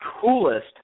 coolest